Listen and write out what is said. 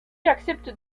accepte